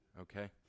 Okay